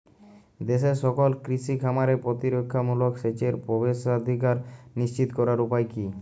দেশের সকল কৃষি খামারে প্রতিরক্ষামূলক সেচের প্রবেশাধিকার নিশ্চিত করার উপায় কি?